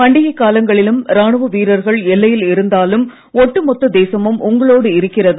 பண்டிகைக் காலங்களிலும் ராணுவ வீரர்கள் எல்லையில் இருந்தாலும் ஒட்டு மொத்த தேசமும் உங்களோடு இருக்கிறது